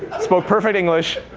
spoke perfect english,